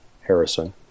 Harrison